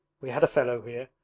we had a fellow here,